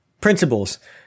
principles